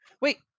wait